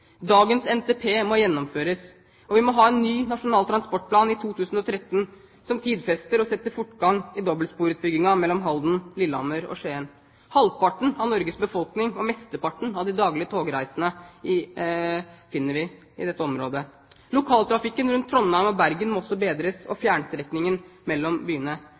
Dagens NTP må gjennomføres, og vi må ha en ny nasjonal transportplan i 2013, som tidfester og setter fortgang i dobbeltsporutbyggingen mellom Halden, Lillehammer og Skien. Halvparten av Norges befolkning og mesteparten av de daglige togreisende finner vi i det området. Lokaltrafikken rundt Trondheim og Bergen og fjernstrekningen mellom byene må også bedres.